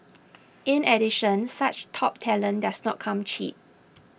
in addition such top talent does not come cheap